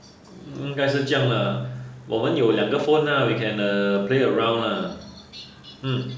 应应该是这样 lah 我们有两个 phone lah we can uh play around lah